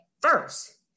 first